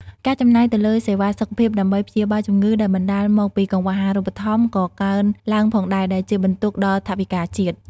ការចំណាយទៅលើសេវាសុខភាពដើម្បីព្យាបាលជំងឺដែលបណ្តាលមកពីកង្វះអាហារូបត្ថម្ភក៏កើនឡើងផងដែរ ដែលជាបន្ទុកដល់ថវិកាជាតិ។